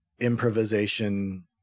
improvisation